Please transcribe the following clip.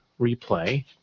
replay